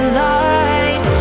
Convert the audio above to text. light